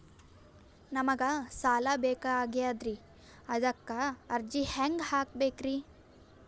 ನಮಗ ಸಾಲ ಬೇಕಾಗ್ಯದ್ರಿ ಅದಕ್ಕ ಅರ್ಜಿ ಹೆಂಗ ಹಾಕಬೇಕ್ರಿ?